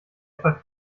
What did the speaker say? etwa